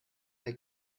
bei